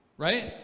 right